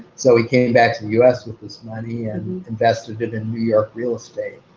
so he came back to the us with this money and invested it in new york real estate.